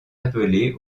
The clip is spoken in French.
appelé